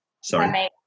sorry